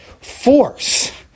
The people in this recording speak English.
force